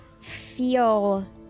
feel